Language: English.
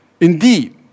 Indeed